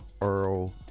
earl